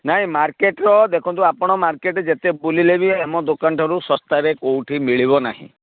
ନାହିଁ ମାର୍କେଟ୍ର ଦେଖନ୍ତୁ ଆପଣ ମାର୍କେଟ୍ ଯେତେ ବୁଲିଲେ ବି ଆମ ଦୋକାନ ଠାରୁ ଶସ୍ତାରେ କେଉଁଠି ମିଳିବ ନାହିଁ